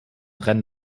rennen